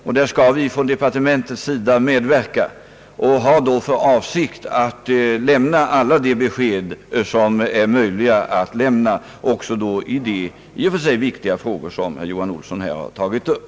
Där skall vi medverka från departementet och har då för avsikt att lämna alla de besked som är möjliga att lämna, också i de i och för sig viktiga frågor som herr Johan Olsson här har tagit upp.